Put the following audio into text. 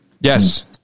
Yes